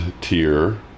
tier